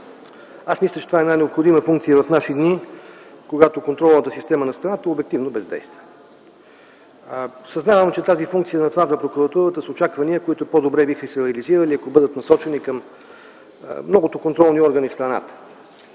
Мисля, че това е необходима функция в наши дни, когато контролната система на страната обективно бездейства. Съзнавам, че тази функция по отношение на прокуратурата е с очаквания, които по-лесно биха изкристализирали, ако бъдат насочени към много контролни органи в страната.